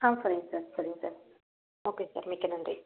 ஆ சரிங்க சார் சரிங்க sir okay sir மிக்க நன்றி